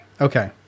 okay